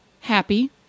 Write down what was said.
happy